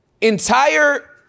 entire